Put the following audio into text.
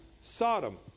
Sodom